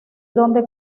donde